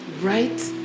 Right